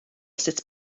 sut